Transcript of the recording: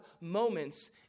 moments